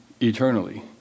eternally